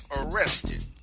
arrested